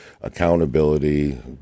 accountability